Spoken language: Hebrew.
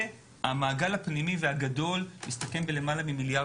זה המעגל הפנימי והגדול שמסתכם למעלה ממיליארד